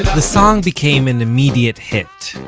the song became an immediate hit.